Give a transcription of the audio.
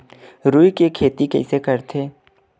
रुई के खेती कइसे करथे?